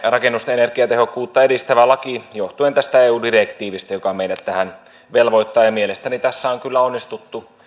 rakennusten energiatehokkuutta edistävä laki johtuen tästä eu direktiivistä joka meidät tähän velvoittaa ja mielestäni tässä on kyllä onnistuttu